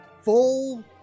full